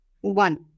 One